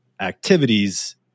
activities